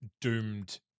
doomed